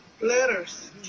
letters